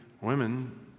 women